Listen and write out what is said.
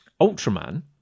Ultraman